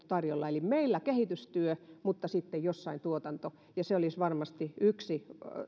tarjolla meillä kehitystyö mutta sitten jossain muualla tuotanto se olisi varmasti yksi